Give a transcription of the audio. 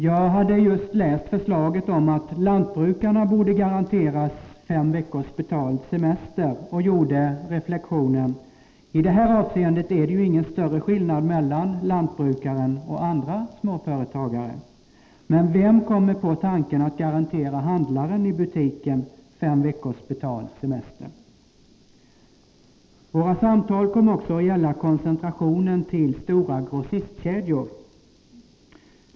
Jag hade just läst förslaget om att lantbrukarna borde garanteras fem veckors betald semester och gjorde reflexionen: I det här avseendet är det ingen större skillnad mellan lantbrukare och andra småföretagare. Men vem kommer på tanken att garantera handlaren i butiken fem veckors betald semester? Våra samtal kom också att gälla koncentrationen till stora grossistkedjor.